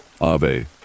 Ave